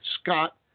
Scott